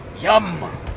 Yum